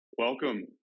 Welcome